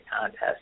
contest